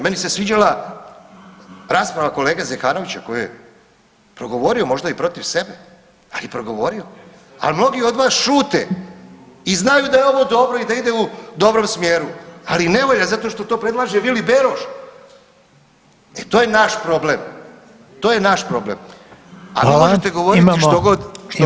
Meni se sviđala rasprava kolege Zekanovića koji je progovorio možda i protiv sebe, ali je progovorio, al mnogi od vas šute i znaju da je ovo dobro i da idu u dobrom smjeru, ali ne valja zato što to predlaže Vili Beroš, e to je naš problem, to je naš problem, a vi možete govoriti što god, što god hoćete.